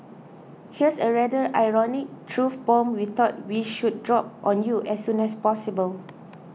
here's a rather ironic truth bomb we thought we should drop on you as soon as possible